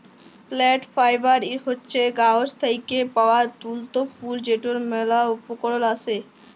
plant fibre হছে গাহাচ থ্যাইকে পাউয়া তল্তু ফল যেটর ম্যালা উপকরল আসে